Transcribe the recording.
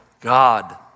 God